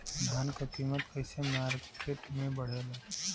धान क कीमत कईसे मार्केट में बड़ेला?